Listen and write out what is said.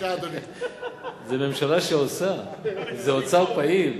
זה ממשלה שעושה, זה אוצר פעיל.